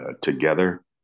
together